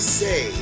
say